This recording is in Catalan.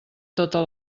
totes